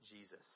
Jesus